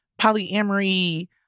polyamory